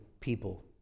people